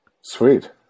Sweet